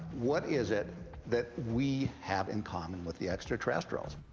what is it that we have in common with the extraterrestrials?